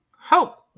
hope